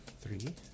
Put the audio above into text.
three